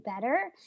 better